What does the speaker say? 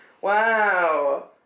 Wow